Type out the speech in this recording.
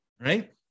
right